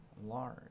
large